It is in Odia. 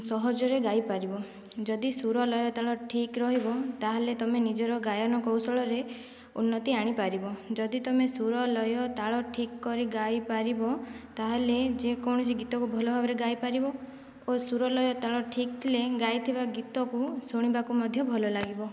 ସହଜରେ ଗାଇପାରିବ ଯଦି ସୁର ଲୟ ତାଳ ଠିକ ରହିବ ତା'ହେଲେ ତୁମେ ନିଜର ଗାୟନ କୌଶଳରେ ଉନ୍ନତି ଆଣିପାରିବ ଯଦି ତୁମେ ସୁର ଲୟ ତାଳ ଠିକ କରି ଗାଇପାରିବ ତା'ହେଲେ ଯେକୌଣସି ଗୀତକୁ ଭଲ ଭାବରେ ଗାଇପାରିବ ଓ ସୁର ଲୟ ତାଳ ଠିକ ଥିଲେ ଗାଇଥିବା ଗୀତକୁ ଶୁଣିବାକୁ ମଧ୍ୟ ଭଲ ଲାଗିବ